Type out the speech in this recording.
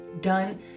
done